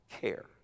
care